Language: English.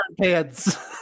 pants